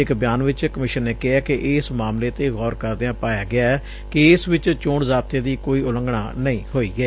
ਇਕ ਬਿਆਨ ਵਿਚ ਕਮਿਸ਼ਨ ਨੇ ਕਿਹੈ ਕਿ ਇਸ ਮਾਮਲੇ ਤੇ ਗੌਰ ਕਰਦਿਆ ਪਾਇਆ ਗਿਐ ਕਿ ਇਸ ਵਿਚ ਚੋਣ ਜ਼ਾਬਤੇ ਦੀ ਕੋਈ ਉਲੰਘਣਾ ਨਹੀਂ ਹੋਈ ਏ